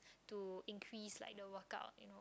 to increase like the workup you know